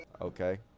Okay